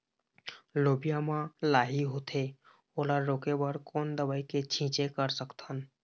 लोबिया मा लाही होथे ओला रोके बर कोन दवई के छीचें कर सकथन?